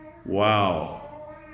Wow